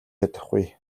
чадахгүй